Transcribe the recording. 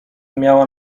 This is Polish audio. miała